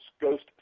Ghost